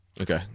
Okay